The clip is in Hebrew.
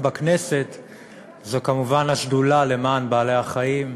בכנסת הוא כמובן השדולה למען בעלי-חיים,